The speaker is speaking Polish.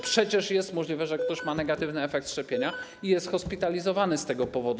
Przecież jest możliwe, żeby ktoś miał negatywny efekt szczepienia i był hospitalizowany z tego powodu.